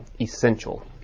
essential